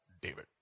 David